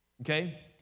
Okay